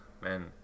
man